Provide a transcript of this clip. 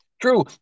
True